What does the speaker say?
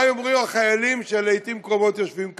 מה יאמרו החיילים שלעתים קרובות ישובים כאן?